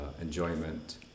enjoyment